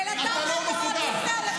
אין לכם מושג,